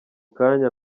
kanya